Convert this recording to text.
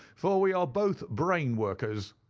for we are both brain-workers.